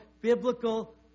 biblical